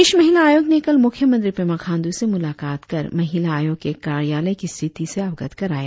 प्रदेश महिला आयोग ने कल मुख्य मंत्री पेमा खांडू से मुलाकात कर महिला आयोग के कार्यालय की स्थिति से अवगत कराया